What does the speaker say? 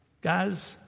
Guys